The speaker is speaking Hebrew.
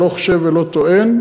ולא חושב ולא טוען,